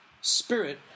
Spirit